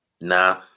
Nah